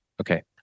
Okay